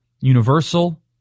Universal